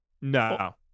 No